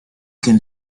can